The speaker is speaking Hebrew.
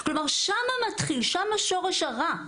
כלומר שם שורש הרע.